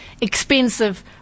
expensive